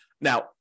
now